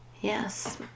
Yes